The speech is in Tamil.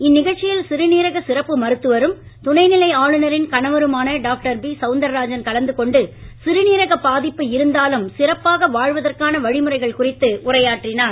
இந்நிகழ்ச்சியில் சிறுநீரக சிறப்பு மருத்துவரும் துணை நிலை ஆளுனரின் கணவருமான டாக்டர் பி சவுந்தராஜன் கலந்துகொண்டு சிறுநீரக பாதிப்பு இருந்தாலும் சிறப்பாக வாழ்வதற்கான வழிமுறைகள் குறித்து உரையாற்றினார்